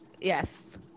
yes